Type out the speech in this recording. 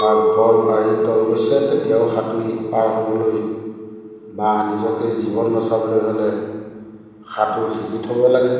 বা ঘৰ বাৰী তল গৈছে তেতিয়াও সাঁতুৰি পাৰ হ'বলৈ বা নিজকে জীৱন বচাবলৈ হ'লে সাঁতোৰ শিকি থ'ব লাগে